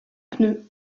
pneus